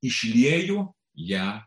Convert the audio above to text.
išlieju ją